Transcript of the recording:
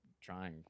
trying